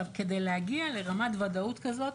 כדי להגיע לרמת ודאות כזאת,